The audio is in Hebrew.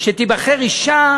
שתיבחר אישה,